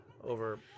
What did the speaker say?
over